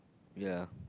ya